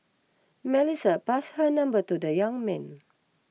Melissa pass her number to the young man